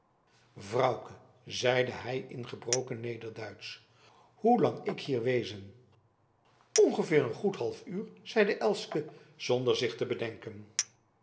vrouke zeide hij in gebroken nederduitsch hoe lang ik hier wezen ongeveer een goed half uur zeide elske zonder zich te bedenken